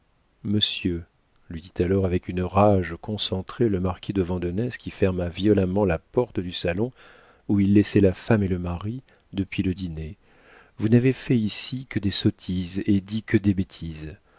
monsieur lui dit alors avec une rage concentrée le marquis de vandenesse qui ferma violemment la porte du salon où il laissait la femme et le mari depuis le dîner vous n'avez fait ici que des sottises et dit que des bêtises